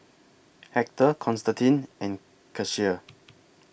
Hector Constantine and Kecia